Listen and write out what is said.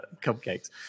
cupcakes